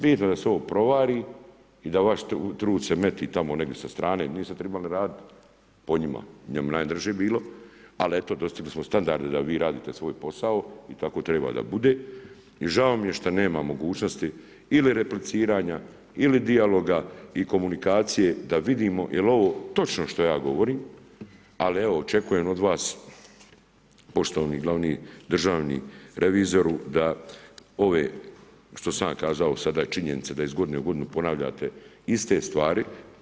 Bitno da se ovo provari i da vaš trud se metne tamo negdje sa strane, niste trebali ni raditi po njima, njemu bi najdraže bilo, ali eto, dostigli smo standarde da vi radite svoj posao, i tako treba da bude i žao mi je šta nema mogućnosti ili repliciranja ili dijaloga i komunikacije da vidimo jel' ovo točno što ja govorim ali evo, očekujem od vas poštovani glavni državni revizoru, da ove što sam vam kazao sada činjenice da iz godine u godinu ponavljate iste stvari.